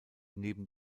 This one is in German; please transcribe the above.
neben